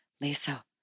Lisa